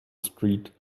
street